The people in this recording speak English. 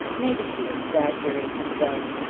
maybe she exaggerated, though!